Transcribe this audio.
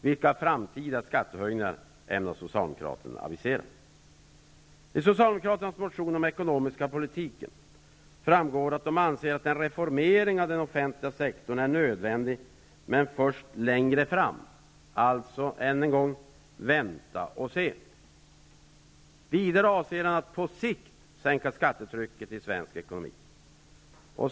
Vilka framtida skattehöjningar ämnar I Socialdemokraternas motion om den ekonomiska politiken framgår att de anser att en reformering av den offentliga sektorn är nödvändig, men först längre fram. Alltså än en gång: vänta och se. Vidare avser man att på sikt sänka skattetrycket i svensk ekonomi.